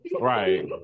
right